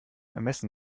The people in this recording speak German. ermessen